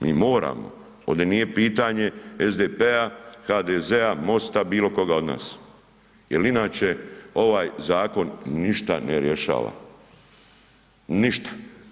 Mi moramo, ovdje nije pitanje SDP-a, HDZ-a, MOST-a, bilokoga od nas jer inače ovaj zakon ništa ne rješava, ništa.